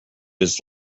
his